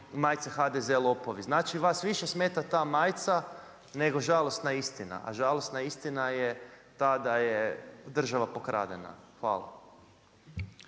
majice HDZ lopovi. Znači vas više smeta ta majica nego žalosna istina. A žalosna istina je ta da je država pokradena. Hvala.